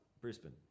Brisbane